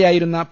A യായിരുന്ന P